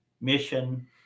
mission